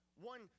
One